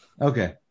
Okay